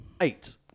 Eight